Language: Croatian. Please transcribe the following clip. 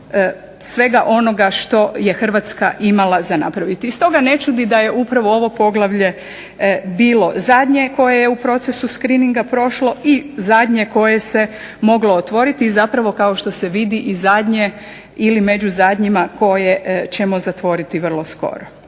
svega onoga što je Hrvatska imala za napraviti. I stoga ne čudi da je upravo ovo poglavlje bilo zadnje koje je u procesu screeninga prošlo i zadnje koje se moglo otvoriti i zapravo kao što se vidi, i zadnje ili među zadnjima koje ćemo zatvoriti vrlo skoro.